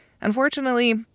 Unfortunately